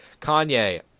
Kanye